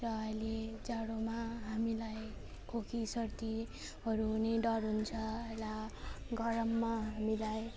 र अहिले जाडोमा हामीलाई खोकीसर्दीहरू हुने डर हुन्छ अहिले गरममा हामीलाई